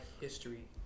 history